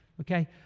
okay